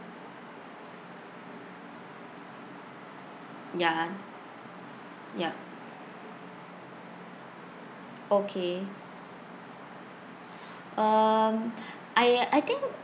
ya yup okay um I I think